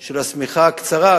של השמיכה הקצרה,